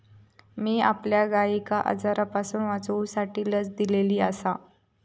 मी आपल्या गायिंका आजारांपासून वाचवूसाठी लस दिलेली आसा